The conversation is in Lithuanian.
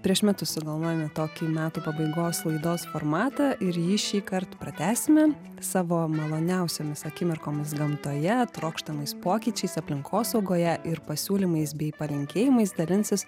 prieš metus sugalvojome tokį metų pabaigos laidos formatą ir jį šįkart pratęsime savo maloniausiomis akimirkomis gamtoje trokštamais pokyčiais aplinkosaugoje ir pasiūlymais bei palinkėjimais dalinsis